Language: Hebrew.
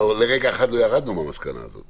לרגע אחד לא ירדנו מהמסקנה הזאת